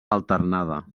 alternada